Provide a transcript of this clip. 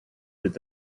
with